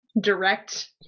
direct